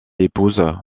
épouse